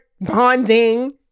bonding